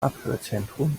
abhörzentrum